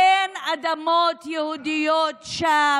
אין אדמת מדינה שם ואין אדמות יהודיות שם.